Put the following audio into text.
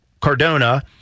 Cardona